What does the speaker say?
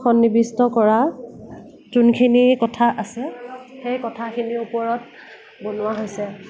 সন্নিৱিষ্ট কৰা যোনখিনি কথা আছে সেই কথাখিনিৰ ওপৰত বনোৱা হৈছে